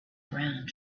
around